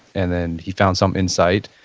and then he found some insight,